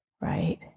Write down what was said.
right